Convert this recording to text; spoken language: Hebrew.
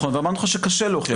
ואמרתם שקשה להוכיח.